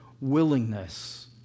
willingness